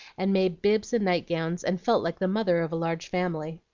and made bibs and night-gowns, and felt like the mother of a large family.